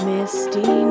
Misty